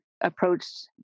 approached